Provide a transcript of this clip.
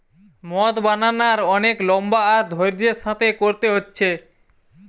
মদ বানানার অনেক লম্বা আর ধৈর্য্যের সাথে কোরতে হচ্ছে